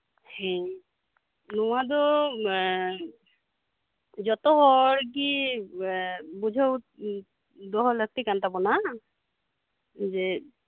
ᱦᱮᱸ ᱱᱚᱣᱟ ᱫᱚ ᱡᱚᱛᱚ ᱦᱚᱲᱜᱮ ᱵᱩᱡᱷᱟᱹᱣ ᱫᱚᱦᱚ ᱞᱟᱹᱠᱛᱤ ᱠᱟᱱ ᱛᱟᱵᱳᱱᱟ ᱡᱮ